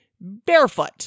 barefoot